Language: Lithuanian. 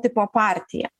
tipo partija